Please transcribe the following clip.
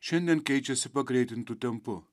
šiandien keičiasi pagreitintu tempu